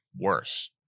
worse